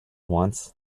once